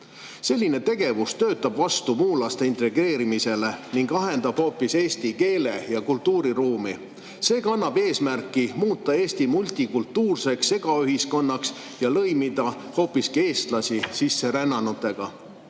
Selline tegevus töötab vastu muulaste integreerimisele ning ahendab hoopis eesti keele ja kultuuri ruumi. See kannab eesmärki muuta Eesti multikultuurseks segaühiskonnaks ja lõimida hoopiski eestlasi sisserännanutega.